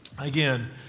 again